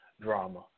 Drama